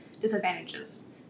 disadvantages